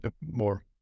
more